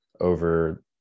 over